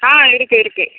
ஆ இருக்குது இருக்குது